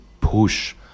push